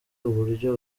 uburyo